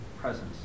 presence